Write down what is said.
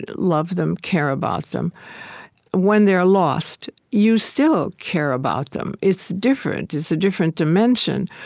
love them, care about them when they're ah lost, you still care about them. it's different. it's a different dimension.